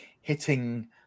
hitting